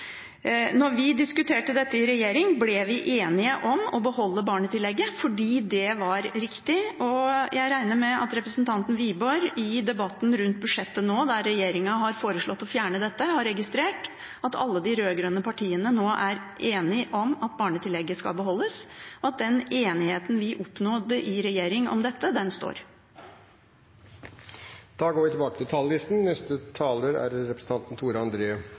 vi diskuterte dette i regjering, ble vi enige om å beholde barnetillegget fordi det var riktig. Jeg regner med at representanten Wiborg i debatten rundt budsjettet nå, der regjeringen har foreslått å fjerne dette, har registrert at alle de rød-grønne partiene nå er enige om at barnetillegget skal beholdes, og at den enigheten vi oppnådde i regjering om dette, står. Replikkordskiftet er omme. Jeg har lyst til